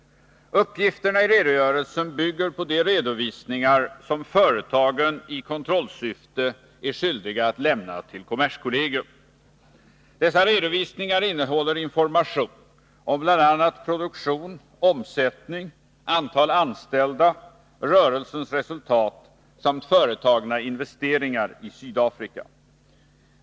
Uppgifterna i redogörelsen bygger på de redovisningar som företagen i kontrollsyfte är skyldiga att lämna till kommerskollegium. Dessa redovisningar innehåller information om bl.a. produktion, omsättning, antal anställda, rörelsens resultat samt företagna investeringar i Sydafrika.